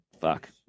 Fuck